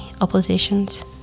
oppositions